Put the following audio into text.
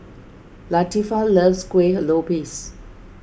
Latifah loves Kueh Lopes